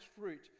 fruit